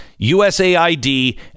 USAID